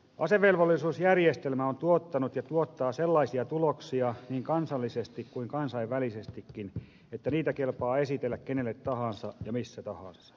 asevelvollisuusjärjestelmä on tuottanut ja tuottaa sellaisia tuloksia niin kansallisesti kuin kansainvälisestikin että niitä kelpaa esitellä kenelle tahansa ja missä tahansa